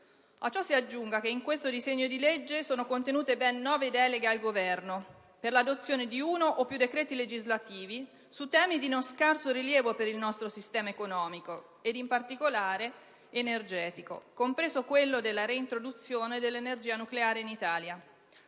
A ciò si aggiunga che in questo disegno di legge sono contenute ben nove deleghe al Governo per l'adozione di uno o più decreti legislativi su temi di non scarso rilievo per il nostro sistema economico, ed in particolare energetico, compreso quello della reintroduzione dell'energia nucleare in Italia.